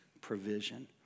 provision